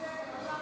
הוא רשם לפניו.